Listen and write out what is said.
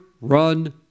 run